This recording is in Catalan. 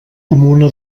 comuna